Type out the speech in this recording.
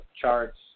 charts